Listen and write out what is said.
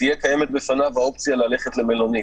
תהיה קיימת בפניו האופציה ללכת למלונית,